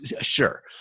sure